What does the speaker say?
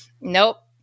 nope